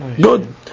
Good